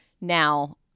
now